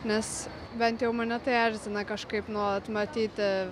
nes bent jau mane tai erzina kažkaip nuolat matyti